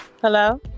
hello